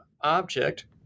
object